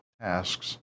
tasks